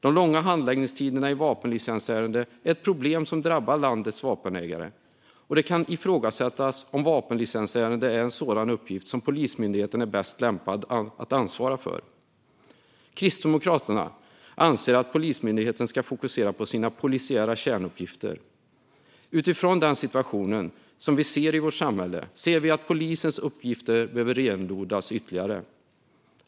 De långa handläggningstiderna i vapenlicensärenden är ett problem som drabbar landets vapenägare, och det kan ifrågasättas om vapenlicensärenden är en sådan uppgift som Polismyndigheten är bäst lämpad att ansvara för. Kristdemokraterna anser att Polismyndigheten ska fokusera på sina polisiära kärnuppgifter. Utifrån den situation vi ser i vårt samhälle anser vi att polisens uppgifter behöver renodlas ytterligare.